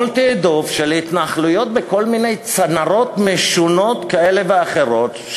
מול תעדוף של התנחלויות בכל מיני צנרות משונות כאלה ואחרות,